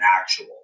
actual